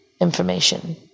information